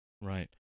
Right